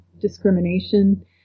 discrimination